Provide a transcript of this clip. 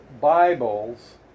Bibles